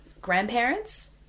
grandparents